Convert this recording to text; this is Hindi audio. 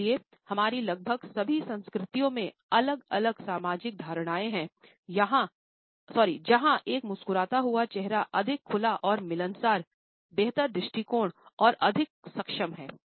इसलिए हमारी लगभग सभी संस्कृतियों में अलग अलग सामाजिक धारणाएँ हैं जहाँ एक मुस्कुराता हुआ चेहरा अधिक खुला और मिलनसार बेहतर दृष्टिकोण और अधिक सक्षम है